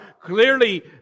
Clearly